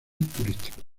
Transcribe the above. turísticos